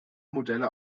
modelle